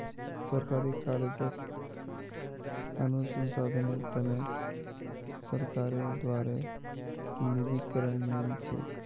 सरकारी कॉलेजक अनुसंधानेर त न सरकारेर द्बारे निधीकरण मिल छेक